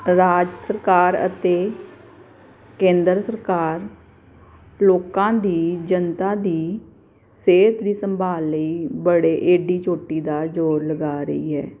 ਰਾਜ ਸਰਕਾਰ ਅਤੇ ਕੇਂਦਰ ਸਰਕਾਰ ਲੋਕਾਂ ਦੀ ਜਨਤਾ ਦੀ ਸਿਹਤ ਦੀ ਸੰਭਾਲ ਲਈ ਬੜੇ ਏੜੀ ਚੋਟੀ ਦਾ ਜੋੜ ਲਗਾ ਰਹੀ ਹੈ